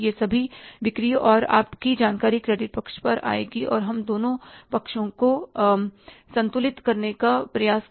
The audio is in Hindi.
यह सभी बिक्री और आय की जानकारी क्रेडिट पक्ष पर आएगी और हम दोनों पक्षों को संतुलित करने का प्रयास करेंगे